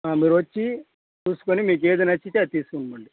మీరు వచ్చి చూసుకొని మీకు ఏది నచ్చితే తీసుకొనిపోండి